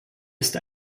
ist